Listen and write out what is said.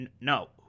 no